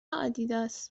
آدیداس